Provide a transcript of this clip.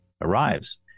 arrives